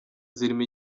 zirimo